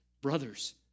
brothers